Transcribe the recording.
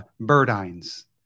Birdine's